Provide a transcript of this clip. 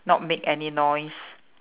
not make any noise